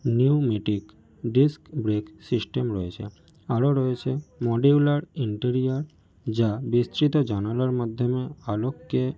pneumatic disc brake system রয়েছে আরো রয়েছে মডিউলার ইন্টেরিয়ার যা বিস্তৃত জানালার মাধ্যমে আলোককে